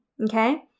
okay